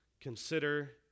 consider